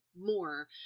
more